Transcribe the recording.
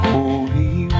Holy